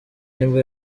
nibwo